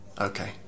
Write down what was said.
Okay